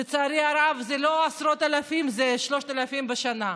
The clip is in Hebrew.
לצערי הרב לא עשרות אלפים, 3,000 בשנה.